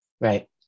right